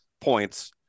points